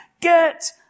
get